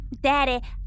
Daddy